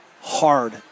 hard